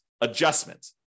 adjustment